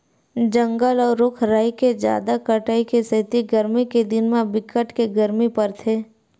जंगल अउ रूख राई के जादा कटाई के सेती गरमी के दिन म बिकट के गरमी परथे